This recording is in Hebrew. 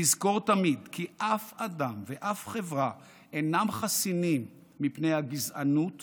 לזכור תמיד כי אף אדם ואף חברה אינם חסינים מפני הגזענות והשנאה,